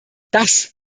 das